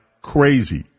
crazy